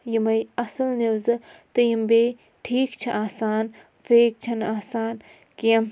یِمَے اَصٕل نِوزٕ تہٕ یِم بیٚیہِ ٹھیٖک چھِ آسان فیک چھَنہٕ آسان کینٛہہ